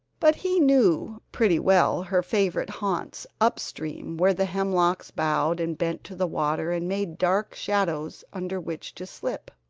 but he knew pretty well her favorite haunts up-stream where the hemlocks bowed and bent to the water, and made dark shadows under which to slip.